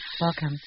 Welcome